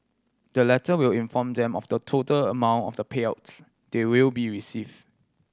the letter will inform them of the total amount of payouts they will be receive